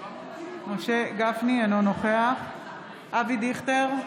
אינו נוכח אבי דיכטר,